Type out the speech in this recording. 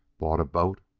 bought a boat,